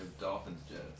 Dolphins-Jets